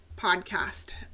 podcast